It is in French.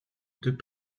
deux